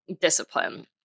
discipline